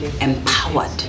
empowered